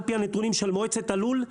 על פי הנתונים של מועצת הלול,